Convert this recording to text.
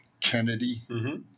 Kennedy